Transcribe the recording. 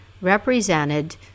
represented